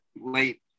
late